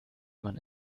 man